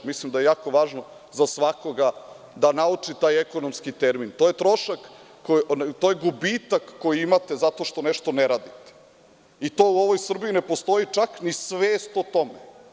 Mislim da je jako važno za svakoga, da nauči taj ekonomski termin, a to je trošak, gubitak koji imate, jer nešto ne radite i to u ovoj Srbiji ne postoji, pa čak ni svest o tome.